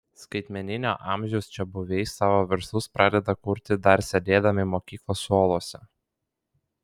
skaitmeninio amžiaus čiabuviai savo verslus pradeda kurti dar sėdėdami mokyklos suoluose